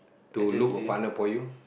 to look a partner for you